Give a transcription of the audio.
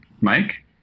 Mike